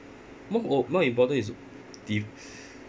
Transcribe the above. more o~ more important is di~